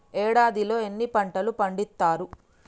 ఏడాదిలో ఎన్ని పంటలు పండిత్తరు?